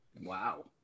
Wow